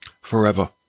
Forever